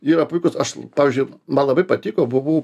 yra puikus aš pavyzdžiui man labai patiko buvau